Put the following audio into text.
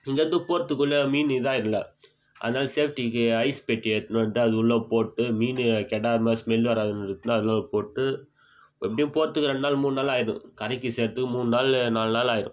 இங்கேயிருந்து போறத்துக்குள்ளே மீன் இதாயிடும் அதனாலெ சேஃப்டிக்கு ஐஸ் பெட்டி எடுத்துன்னு வந்து அது உள்ளே போட்டு மீன் கெடாமல் ஸ்மெல் வராமல் அதில் போட்டு எப்படியும் போறத்துக்கு ரெண்டு நாள் மூணு நாள் ஆயிடும் கரைக்கு சேர்றத்துக்கு மூணு நாள் நாலு நாள் ஆயிடும்